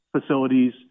facilities